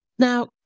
Now